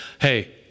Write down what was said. hey